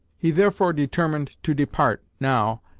he therefore determined to depart, now,